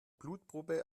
blutprobe